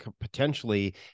potentially